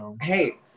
Hey